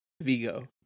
Vigo